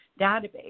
database